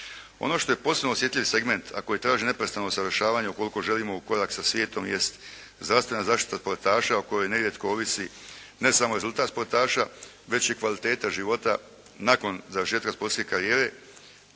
Ono što je posebno osjetljiv segment, a koji traži neprestano usavršavanje ukoliko želimo u korak sa svijetom jest zdravstvena zaštita od poletaša o kojoj nerijetko ovisi ne samo rezultat sportaša već i kvaliteta života nakon završetka sportske karijere,